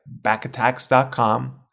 backattacks.com